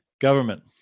Government